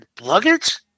luggage